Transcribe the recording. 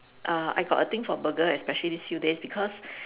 uh I got a thing for burger especially these few days because